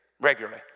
regularly